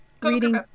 reading